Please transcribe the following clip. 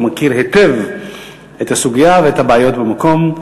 מכיר היטב את הסוגיה ואת הבעיות במקום,